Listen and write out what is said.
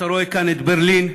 אתה רואה כאן את ברלין,